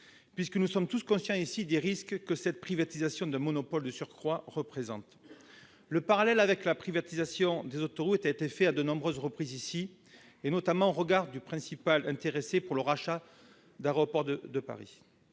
puisque nous sommes tous conscients ici des risques que cette privatisation, d'un monopole de surcroît, représente. Le parallèle avec la privatisation des autoroutes a été fait à de nombreuses reprises ici, notamment au regard du principal intéressé, pour le rachat d'ADP. Il y a